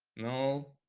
know